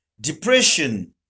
depression